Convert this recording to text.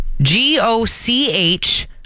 G-O-C-H